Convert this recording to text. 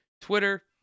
Twitter